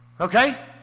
Okay